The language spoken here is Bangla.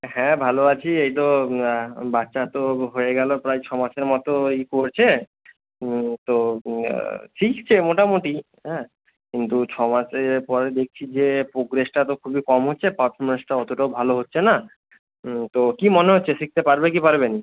হ্যাঁ ভালো আছি এই তো বাচ্চা তো হয়ে গেলো প্রায় ছমাসের মতো ওই করছে তো শিখছে মোটামুটি হ্যাঁ কিন্তু ছমাসের পরে দেখছি যে প্রোগ্রেসটা তো খুবই কম হচ্ছে পারফরম্যান্সটা অতটাও ভালো হচ্ছে না তো কী মনে হচ্ছে শিখতে পারবে কি পারবে না